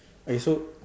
okay so